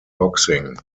boxing